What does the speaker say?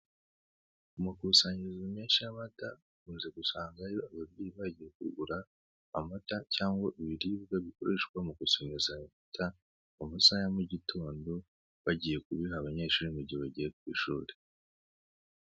Amakusanyirizo menshi y'amata ukunze gusangayo abagiye bagiye kugura amata cyangwa ibiribwa bikoreshwa mu gusomeza ayo mata mu masaha ya mugitondo bagiye kubiha abanyeshuri mu gihe bagiye ku ishuri.